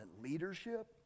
leadership